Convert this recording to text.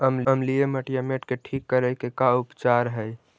अमलिय मटियामेट के ठिक करे के का उपचार है?